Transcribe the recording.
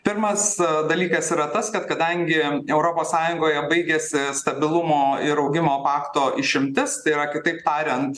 pirmas dalykas yra tas kad kadangi europos sąjungoje baigiasi stabilumo ir augimo pakto išimtis tai yra kitaip tariant